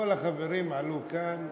כל החברים עלו כאן,